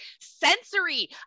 Sensory